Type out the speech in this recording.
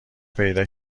پیدا